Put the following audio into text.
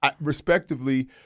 respectively